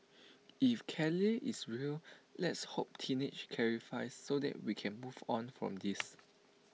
if Kelly is real let's hope teenage clarifies so that we can move on from this